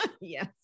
Yes